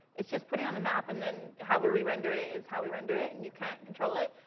it's just putting on the map, and then however we render it is how we render it. and you can't control it.